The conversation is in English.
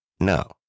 No